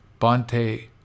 Bante